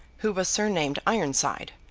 who was surnamed ironside,